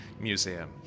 Museum